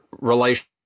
relations